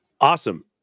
Awesome